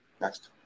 Next